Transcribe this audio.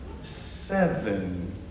Seven